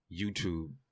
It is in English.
YouTube